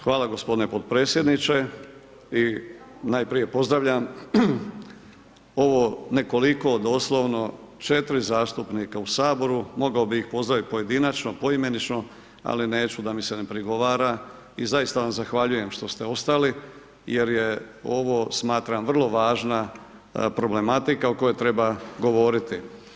Hvala gospodine potpredsjedniče, najprije pozdravljam ovo nekoliko doslovno 4 zastupnika u Saboru, mogao bi ih pozdraviti pojedinačno, poimenično, ali neću da mi se ne prigovara i zaista vam zahvaljujem što ste ostali, jer je ovo smatram vrlo važna problematika o kojoj treba govoriti.